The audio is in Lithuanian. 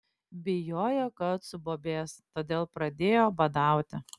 bijojo kad subobės todėl pradėjo badauti